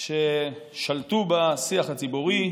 ששלטו בשיח הציבורי,